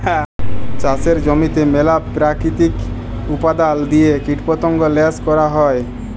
চাষের জমিতে ম্যালা পেরাকিতিক উপাদাল দিঁয়ে কীটপতঙ্গ ল্যাশ ক্যরা হ্যয়